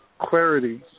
clarity